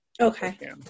Okay